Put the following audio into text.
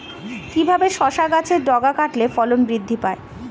কিভাবে শসা গাছের ডগা কাটলে ফলন বৃদ্ধি পায়?